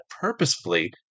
purposefully